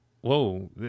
Whoa